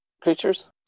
creatures